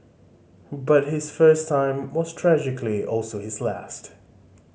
but his first time was tragically also his last